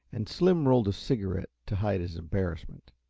and slim rolled a cigarette to hide his embarrassment,